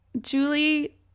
Julie